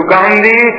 Gandhi